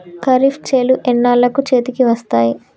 ఖరీఫ్ చేలు ఎన్నాళ్ళకు చేతికి వస్తాయి?